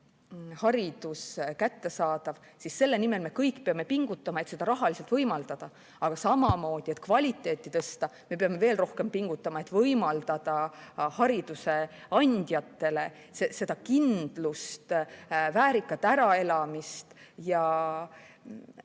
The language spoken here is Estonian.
haridus kättesaadav, me peame kõik pingutama, et seda rahaliselt võimaldada. Aga samamoodi, et kvaliteeti tõsta, me peame veel rohkem pingutama, et võimaldada hariduse andjatele kindlust, väärikat äraelamist, ja